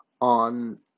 on